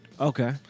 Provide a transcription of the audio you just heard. Okay